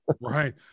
Right